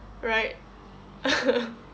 right